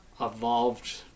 evolved